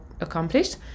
accomplished